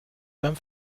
beim